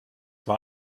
war